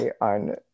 on